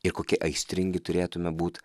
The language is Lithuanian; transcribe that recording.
ir kokie aistringi turėtume būt